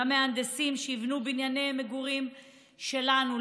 למהנדסים שיבנו את בנייני המגורים שלנו,